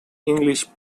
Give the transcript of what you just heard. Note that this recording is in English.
english